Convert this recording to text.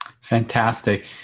Fantastic